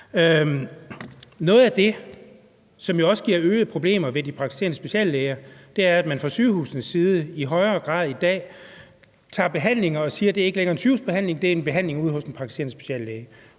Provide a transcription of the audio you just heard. Noget af det, der også giver øgede problemer ved de praktiserende speciallæger, er, at man fra sygehusenes side i højere grad i dag siger, at en behandling ikke længere er en sygehusbehandling, men en behandling ude hos den praktiserende speciallæge.